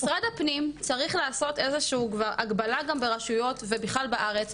משרד הפנים צריך לעשות איזושהי הגבלה ברשויות ובכלל בארץ,